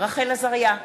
רחל עזריה,